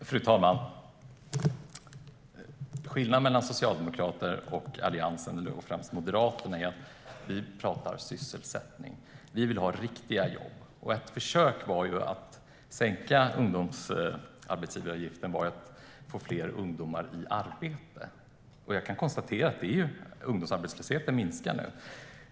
Fru talman! Skillnaden mellan Socialdemokraterna och Alliansen och främst Moderaterna är följande. Vi pratar sysselsättning. Vi vill ha riktiga jobb. Ett försök var att sänka ungdomsarbetsgivaravgiften för att få fler ungdomar i arbete. Jag kan konstatera att ungdomsarbetslösheten minskar nu.